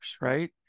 right